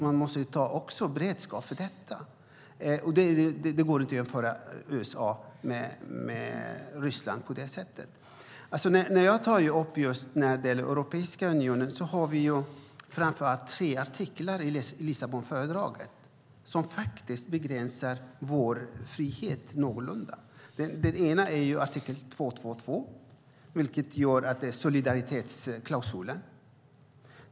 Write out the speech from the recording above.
Man måste ha beredskap för det. Det går inte att jämföra USA med Ryssland på det sättet. När det gäller Europeiska unionen är det framför allt tre artiklar i Lissabonfördraget som begränsar vår frihet något. Den ena är artikel 222, solidaritetsklausulen.